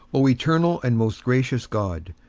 o eternal and most gracious god,